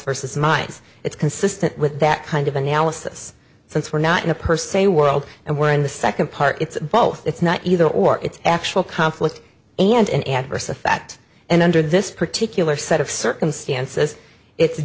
is mines it's consistent with that kind of analysis since we're not in a per se world and we're in the second part it's both it's not either or it's actual conflict and in adverse effect and under this particular set of circumstances it's